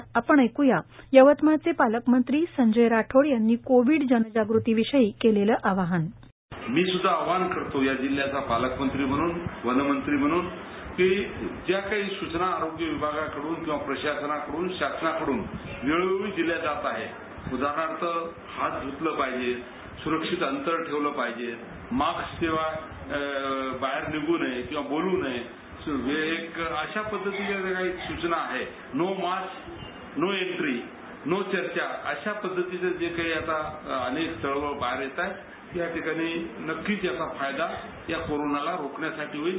आता आपण ऐक्या यवतमाळचे पालकमंत्री संजय राठोड यांनी कोविड जनजाग़ती विषयी केलेलं आवाहन मी सुद्धा आवाहन करतो या जिल्ह्याचा पालकमंत्री म्हणून वनमंत्री म्हणून की ज्या काही सूचना आरोग्य विभागाकडून किंवा प्रशासनाकडून शासनाकडून वेळवेळी दिल्या जात आहे उदाहनार्थ हाथ ध्तलं पाहिजे सुरक्षित अंतर ठेवलं पाहिजे मास्क शिवाय बाहेर निघ् नये किंवा बोलू नये अश्या पद्धतीनं जे काही सूचना आहे no mask no entry no चर्चा अश्या पद्धतीचं जे काही आता अनेक चळवळ आता बाहेर येत आहे ती या ठिकाणी नक्कीच याचा फायदा या कोरोनाला रोखण्यासाठी होईल